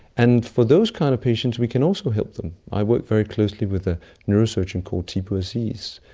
and for those kind of patients, we can also help them. i work very closely with a neurosurgeon called tipu aziz,